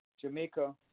Jamaica